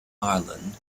ireland